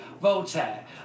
Voltaire